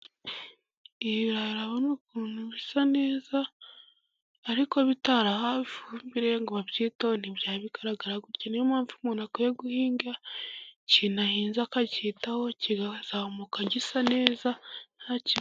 Ibirayi urabona ukuntu bisa neza. Ariko bitarabagawe ngo babyiteho ntibyagaragara gutya. Niyo mpamvu umuntu akwiye guhinga, ikintu ahinze akacyitaho kikazamuka gisa neza.